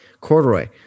Corduroy